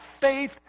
faith